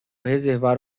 reservar